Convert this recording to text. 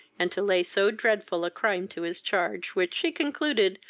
and to lay so dreadful a crime to his charge, which she concluded,